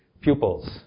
pupils